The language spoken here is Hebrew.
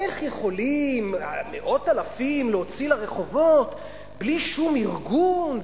איך יכולים להוציא לרחובות מאות אלפים בלי שום ארגון,